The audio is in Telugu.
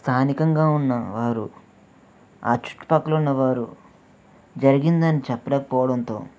స్థానికంగా ఉన్నవారు ఆ చుట్టుపక్కల ఉన్నవారు జరిగినదాన్ని చెప్పలేకపోవడంతో